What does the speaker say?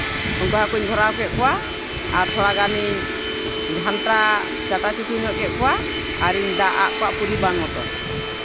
ᱩᱱᱠᱩ ᱦᱟᱹᱠᱩᱧ ᱵᱷᱚᱨᱟᱣ ᱠᱮᱜ ᱠᱚᱣᱟ ᱟᱨ ᱛᱷᱚᱲᱟ ᱜᱟᱹᱱᱤᱧ ᱜᱷᱟᱱᱴᱟ ᱪᱟᱴᱟᱪᱩᱴᱤ ᱧᱚᱜ ᱠᱮᱜ ᱠᱚᱣᱟ ᱟᱨᱤᱧ ᱫᱟᱜ ᱟᱜ ᱠᱚᱣᱟ ᱯᱚᱨᱤᱢᱟᱱ ᱢᱚᱛᱚᱱ